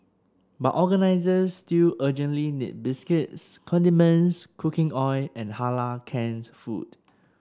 but organisers still urgently need biscuits condiments cooking oil and Halal canned food